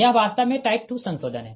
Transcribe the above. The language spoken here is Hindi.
यह वास्तव में टाइप 2 संशोधन है